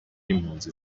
y’impunzi